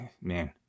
man